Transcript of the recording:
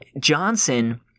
Johnson